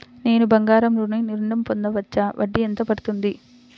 నేను బంగారం నుండి ఋణం పొందవచ్చా? వడ్డీ ఎంత పడుతుంది?